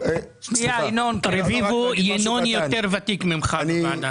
ינון יותר ותיק ממך בוועדה.